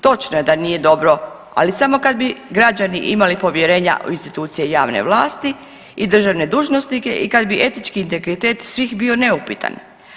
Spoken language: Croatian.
Točno je da nije dobro, ali samo kad bi građani imali povjerenja u institucije javne vlasti i državne dužnosnike i kad bi etički integritet svih bio neupitan.